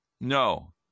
No